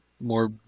more